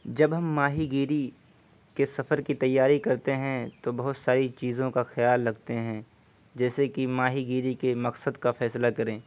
جب ہم ماہی گیری کے سفر کی تیاری کرتے ہیں تو بہت ساری چیزوں کا خیال رکھتے ہیں جیسے کہ ماہی گیری کے مقصد کا فیصلہ کریں